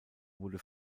wurde